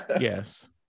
Yes